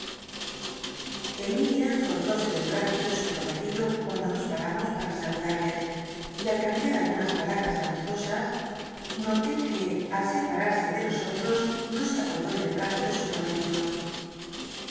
emilia soltóse del brazo de su promet ido cuanclo nos paramos para s tlucladcs y al cambia algunas palabras amistosas noté que al scpar usc de no otros no se apoyó en el brazo ele su prometiclo